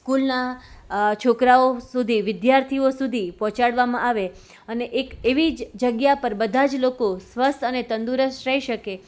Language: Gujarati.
સ્કૂલના છોકરાઓ વિદ્યાર્થીઓ સુધી પહોંચાડવામાં આવે અને એક એવી જ જગ્યા પર બધા જ લોકો સ્વસ્થ અને તંદુરસ્ત રહી શકે